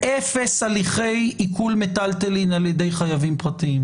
בהפסדנו או הפסדנו בשרכינו,